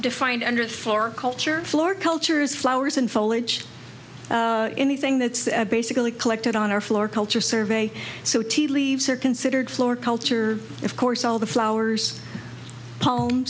floor culture floor cultures flowers and foliage anything that's basically collected on our floor culture survey so tea leaves are considered floor culture of course all the flowers